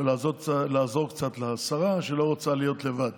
ולעזור קצת לשרה, שלא רוצה להיות לבד